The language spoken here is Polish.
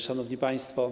Szanowni Państwo!